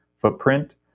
footprint